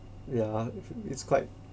ya it's quite